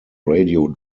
radio